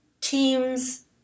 teams